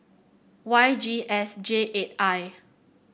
Y G S J eight I